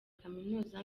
kaminuza